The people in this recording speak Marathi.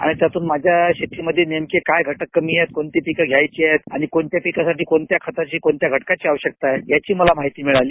आणि त्यातून माझ्या शेतीमध्ये नेमके काय घटक कमी आहेत कोणती पिके घ्यायची आहेत आणि कोणत्या पिकासाठी कोणत्या खतांची आणि कोणत्या घटकांची आवश्यकता आहे याची मला माहिती मिळाली